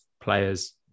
players